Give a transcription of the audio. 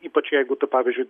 ypač jeigu tu pavyzdžiui